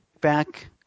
back